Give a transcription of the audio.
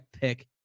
pick